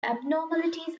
abnormalities